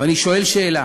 ואני שואל שאלה: